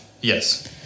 Yes